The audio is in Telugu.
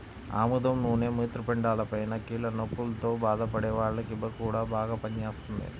ఆముదం నూనె మూత్రపిండాలపైన, కీళ్ల నొప్పుల్తో బాధపడే వాల్లకి గూడా బాగా పనిజేత్తది